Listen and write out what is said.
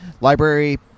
library